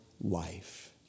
life